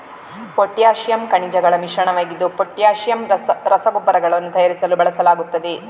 potassium ಖನಿಜಗಳ ಮಿಶ್ರಣವಾಗಿದ್ದು potassium ರಸಗೊಬ್ಬರಗಳನ್ನು ತಯಾರಿಸಲು ಬಳಸಲಾಗುತ್ತದೆ